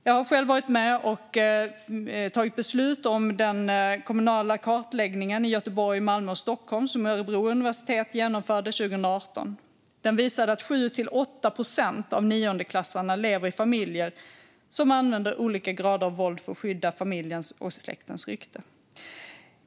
Jag har själv varit med om att ta beslut om den kommunala kartläggning i Göteborg, Malmö och Stockholm som Örebro universitet genomförde 2018. Den visade att 7-8 procent av niondeklassarna lever i familjer som använder olika grader av våld för att skydda familjens och släktens rykte.